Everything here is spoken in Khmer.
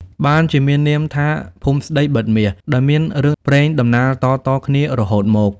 បានជាមាននាមថា ភូមិស្តីបិទមាស ដោយមានរឿងព្រេងដំណាលតៗគ្នារហូតមក។